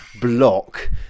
block